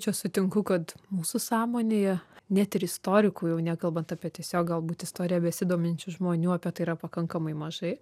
čia sutinku kad mūsų sąmonėje net ir istorikų jau nekalbant apie tiesiog galbūt istorija besidominčių žmonių apie tai yra pakankamai mažai